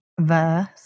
verse